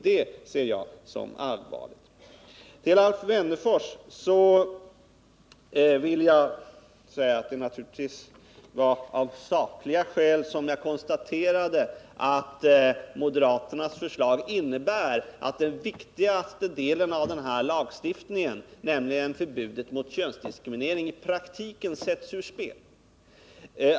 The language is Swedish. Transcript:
Detta ser jag som allvarligt. Till Alf Wennerfors vill jag säga att det naturligtvis var av sakliga skäl som jag konstaterade att moderaternas förslag innebär att den viktigaste delen av ifrågavarande lagstiftning, nämligen förbudet mot köndiskriminering, i praktiken försätts ur spel.